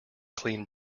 clean